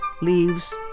leaves